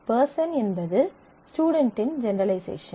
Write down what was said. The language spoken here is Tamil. பெர்சன் என்பது ஸ்டுடென்ட்டின் ஜெனெரலைசேஷன்